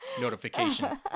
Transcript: notification